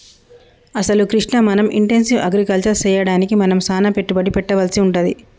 అసలు కృష్ణ మనం intensive agriculture సెయ్యడానికి మనం సానా పెట్టుబడి పెట్టవలసి వుంటది